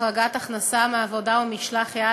החרגת הכנסה מעבודה או ממשלח-יד